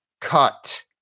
cut